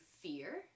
fear